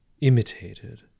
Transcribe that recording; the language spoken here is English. imitated